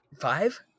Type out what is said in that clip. Five